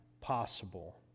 possible